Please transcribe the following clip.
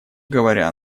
говоря